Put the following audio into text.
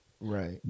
Right